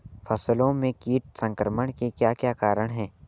फसलों में कीट संक्रमण के क्या क्या कारण है?